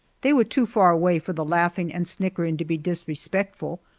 they were too far away for the laughing and snickering to be disrespectful,